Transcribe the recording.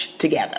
together